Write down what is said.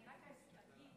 אני רק אגיד משהו: